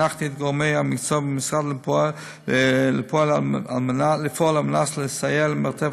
הנחיתי את גורמי המקצוע במשרד לפעול על מנת לסייע ל"מרתף